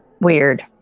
weird